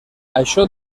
això